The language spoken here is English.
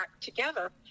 together